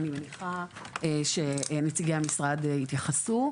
אני מניחה שנציגי המשרד התייחסו.